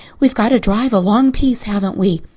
we've got to drive a long piece, haven't we?